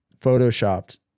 photoshopped